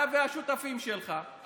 אתה והשותפים שלך,